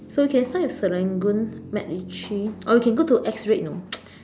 so we can start with Serangoon MacRitchie or we can go to X rate you know